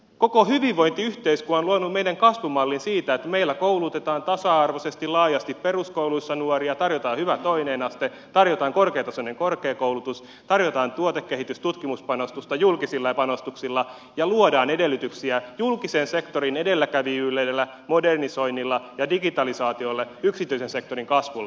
koko hyvinvointiyhteiskunta on luonut meidän kasvumallimme siitä että meillä koulutetaan tasa arvoisesti ja laajasti peruskouluissa nuoria tarjotaan hyvä toinen aste tarjotaan korkeatasoinen korkeakoulutus tarjotaan tuotekehitys tutkimuspanostusta julkisilla panostuksilla ja luodaan edellytyksiä julkisen sektorin edelläkävijyydellä modernisoinnilla ja digitalisaatiolla yksityisen sektorin kasvulle